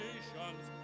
Nations